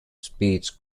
speech